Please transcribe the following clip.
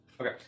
Okay